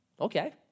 Okay